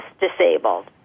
disabled